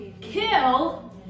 kill